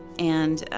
and, ah,